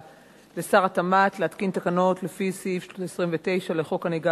לשר התמ"ת להתקין תקנות לפי סעיף 29 לחוק הנהיגה